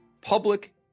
Public